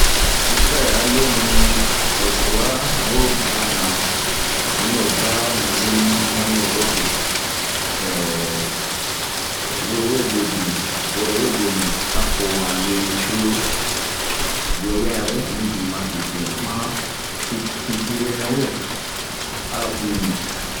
Isirayɛl a loo nɛɛ ho sura ho baa na, unyi lo baa, mun zenu ɲu unma mi worobe, ehh woro we guebin ,woro we gue bin a po han lueni cururu. Wɛwia ɲawe ɛn bin matete ma han pin pinpinre nɛwe a uwibin.